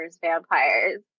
Vampires